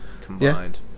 combined